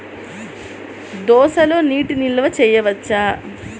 దోసలో నీటి నిల్వ చేయవచ్చా?